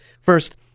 First